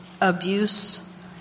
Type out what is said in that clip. abuse